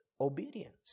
obedience